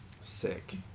Sick